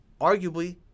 arguably